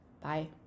bye